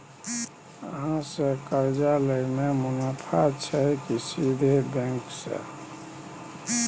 अहाँ से कर्जा लय में मुनाफा छै की सीधे बैंक से?